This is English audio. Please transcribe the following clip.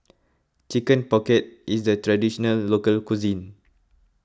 Chicken Pocket is a Traditional Local Cuisine